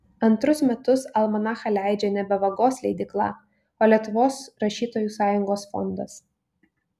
antrus metus almanachą leidžia nebe vagos leidykla o lietuvos rašytojų sąjungos fondas